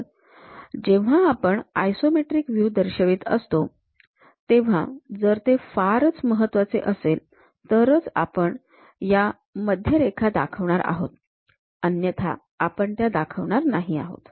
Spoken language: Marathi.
तर जेव्हा आपण आयसोमेट्रिक व्ह्यू दर्शवित असतो तेव्हा जर ते फारच महत्वाचे असेल तरच आपण ह्या मध्य रेखा दाखवणार आहोत अन्यथा आपण त्या दाखवणार नाही आहोत